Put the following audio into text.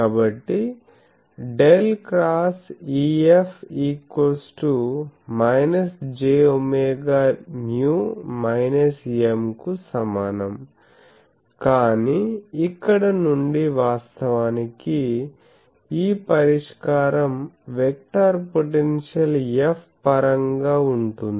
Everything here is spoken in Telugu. కాబట్టి ∇ X EF jωμ M కు సమానం కానీ ఇక్కడ నుండి వాస్తవానికి ఈ పరిష్కారం వెక్టర్ పొటెన్షియల్ F పరంగా ఉంటుంది